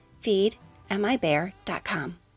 FeedMIBear.com